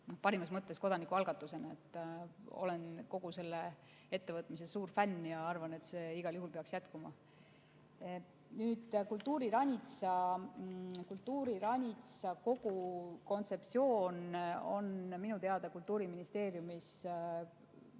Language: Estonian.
parimas mõttes kodanikualgatusena. Olen kogu selle ettevõtmise suur fänn ja arvan, et see igal juhul peaks jätkuma. Nüüd, kultuuriranitsa kogu kontseptsioon on minu teada Kultuuriministeeriumis selles